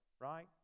right